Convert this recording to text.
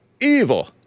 evil